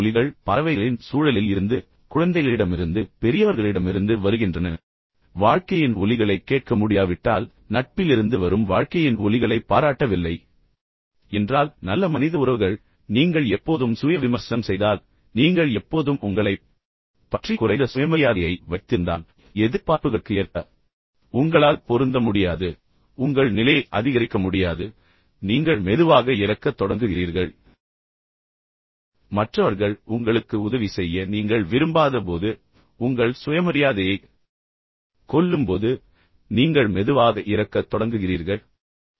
எனவே வாழ்க்கையின் ஒலிகள் பறவைகளின் சூழலில் இருந்து குழந்தைகளிடமிருந்து பெரியவர்களிடமிருந்து வருகின்றன வாழ்க்கையின் ஒலிகளைக் கேட்க முடியாவிட்டால் நட்பிலிருந்து வரும் வாழ்க்கையின் ஒலிகளை நீங்கள் பாராட்டவில்லை என்றால் நல்ல மனித உறவுகள் நீங்கள் எப்போதும் சுய விமர்சனம் செய்தால் நீங்கள் எப்போதும் உங்களைப் பற்றி குறைந்த சுயமரியாதையை வைத்திருந்தால் நீங்கள் எப்போதும் ஒருவரிடம் பொறாமைப்படுகிறீர்கள் என்றால் மற்றவர்களின் எதிர்பார்ப்புகளுக்கு ஏற்ப உங்களால் பொருந்த முடியாது உங்கள் நிலையை அதிகரிக்க முடியாது நீங்கள் மெதுவாக இறக்கத் தொடங்குகிறீர்கள் மற்றவர்கள் உங்களுக்கு உதவி செய்ய நீங்கள் விரும்பாத போது உங்கள் சுயமரியாதையைக் கொல்லும்போது நீங்கள் மெதுவாக இறக்கத் தொடங்குகிறீர்கள் நீங்கள் மெதுவாகb இறக்கத் தொடங்குகிறீர்கள்